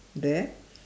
there